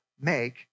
make